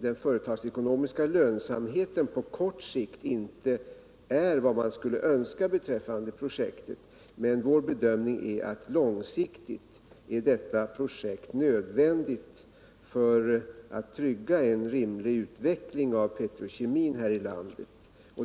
den företagsekonomiska lönsamheten för projektet på kort sikt inte är vad man skulle önska. Men vår bedömning är att detta projekt på lång sikt är nödvändigt för att trygga en rimlig utveckling av petrokemin här i landet.